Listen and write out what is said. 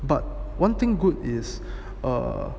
but one thing good is err